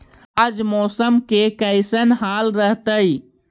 आज मौसम के कैसन हाल रहतइ?